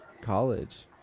college